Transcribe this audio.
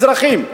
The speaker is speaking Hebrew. אזרחים,